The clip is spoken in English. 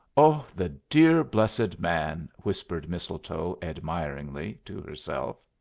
oh, the dear blessed man! whispered mistletoe, admiringly, to herself.